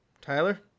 Tyler